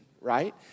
right